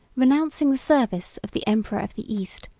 renouncing the service of the emperor of the east,